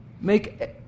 Make